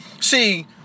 See